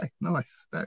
nice